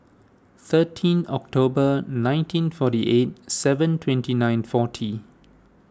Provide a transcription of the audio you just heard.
thirteenth October nineteen forty eight seven twenty nine forty